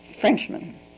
Frenchman